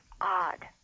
odd